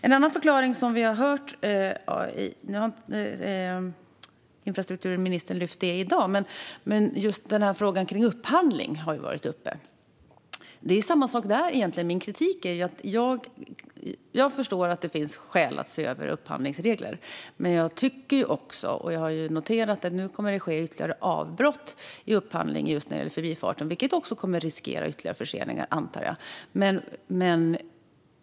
En annan förklaring som vi har hört - infrastrukturministern har inte lyft upp den frågan i dag - gäller frågan om upphandling. Det är samma sak där. Min kritik är att jag förstår att det finns skäl att se över upphandlingsreglerna, men jag har noterat att det kommer att ske ytterligare avbrott i upphandlingen för Förbifarten - vilket jag antar kommer att riskera ytterligare förseningar.